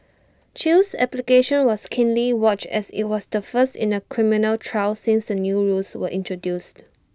chew's application was keenly watched as IT was the first in A criminal trial since the new rules were introduced